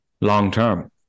long-term